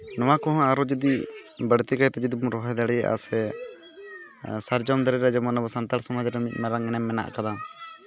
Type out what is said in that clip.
ᱱᱚᱣᱟ ᱠᱚᱦᱚᱸ ᱟᱨᱚ ᱡᱩᱫᱤ ᱵᱟᱹᱲᱛᱤ ᱠᱟᱭᱛᱮ ᱡᱩᱫᱤ ᱵᱚᱱ ᱨᱚᱦᱚᱭ ᱫᱟᱲᱮᱭᱟᱜᱼᱟ ᱥᱮ ᱥᱟᱨᱡᱚᱢ ᱫᱟᱨᱮ ᱨᱮ ᱡᱮᱢᱚᱱ ᱟᱵᱚ ᱥᱟᱱᱛᱟᱲ ᱥᱚᱢᱟᱡᱽ ᱨᱮᱱ ᱢᱟᱨᱟᱝ ᱮᱱᱮᱢ ᱢᱮᱱᱟᱜ ᱠᱟᱫᱟ